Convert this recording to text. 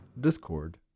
Discord